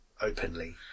openly